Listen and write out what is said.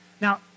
Now